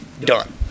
Done